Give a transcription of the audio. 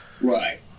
Right